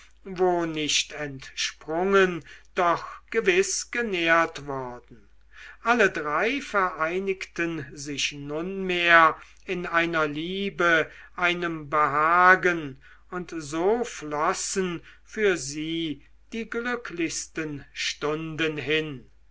wo nicht entsprungen doch gewiß genährt worden alle drei vereinigten sich nunmehr in einer liebe einem behagen und so flossen für sie die glücklichsten stunden dahin